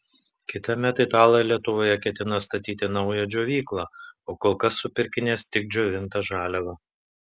kitąmet italai lietuvoje ketina statyti naują džiovyklą o kol kas supirkinės tik džiovintą žaliavą